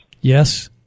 Yes